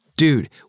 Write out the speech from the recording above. Dude